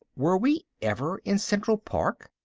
were we ever in central park?